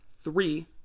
three